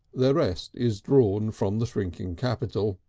the rest is drawn from the shrinking capital.